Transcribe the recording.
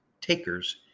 takers